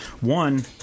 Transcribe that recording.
one